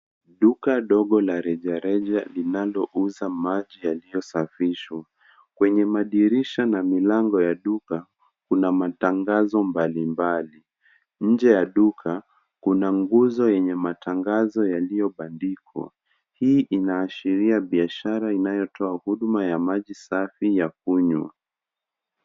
Duka dogo la rejareja linalouza maji yaliyosafishwa. Kwenye madirisha na milango ya duka kuna matangazo mbalimbali. Nje ya duka kuna nguzo yenye matangazo yaliyobandikwa. Hii inaashiria biashara inayotoa huduma ya maji safi ya kunywa.